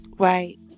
Right